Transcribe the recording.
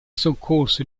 soccorso